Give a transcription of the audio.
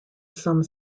some